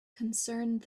concerned